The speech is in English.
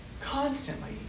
constantly